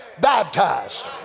baptized